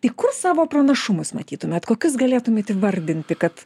tai kur savo pranašumus matytumėt kokius galėtumėt įvardinti kad